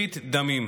ברית דמים.